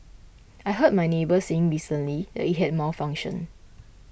I heard my neighbour saying recently that it had malfunctioned